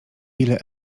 ile